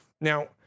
Now